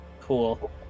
cool